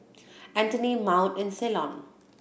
Anthony Maud and Ceylon